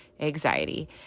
anxiety